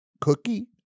cookie